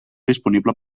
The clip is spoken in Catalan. disponible